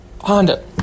Honda